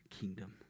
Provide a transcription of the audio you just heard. kingdom